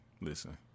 Listen